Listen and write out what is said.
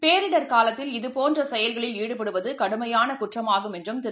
பேரிடர் காலத்தில் இதுபோன்றசெயல்களில் ஈடுபடுவதுகடுமையானகுற்றம் ஆகும் என்றும் திரு